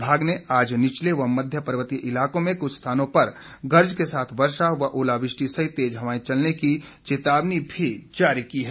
विभाग ने आज निचले व मध्य पर्वतीय इलाकों में कुछ स्थानों पर गरज के साथ वर्षा व ओलावृष्टि सहित तेज हवाएं चलने की चेतावनी भी जारी की है